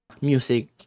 music